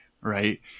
right